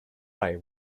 eye